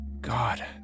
God